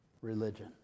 religion